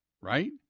Right